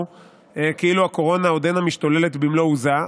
כאילו הקורונה עודנה משתוללת במלוא עוזה.